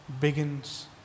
begins